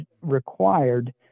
required